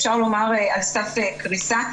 אפשר לומר על סף קריסה.